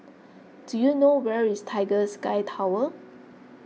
do you know where is Tiger Sky Tower